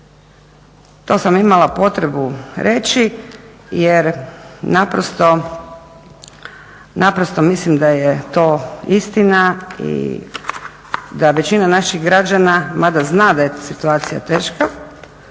To sam imala potrebu reći, jer naprosto mislim da je to istina i da većina naših građana, mada zna da je situacija teška